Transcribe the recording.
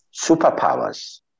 superpowers